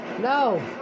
No